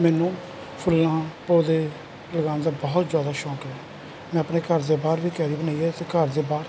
ਮੈਨੂੰ ਫੁੱਲਾਂ ਪੌਦੇ ਲਗਾਉਣ ਦਾ ਬਹੁਤ ਜ਼ਿਆਦਾ ਸ਼ੌਂਕ ਹੈ ਮੈਂ ਆਪਣੇ ਘਰ ਦੇ ਬਾਹਰ ਵੀ ਕਿਆਰੀ ਬਣਾਈ ਹੈ ਅਤੇ ਘਰ ਦੇ ਬਾਹਰ